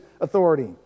authority